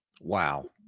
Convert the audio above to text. wow